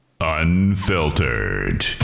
Unfiltered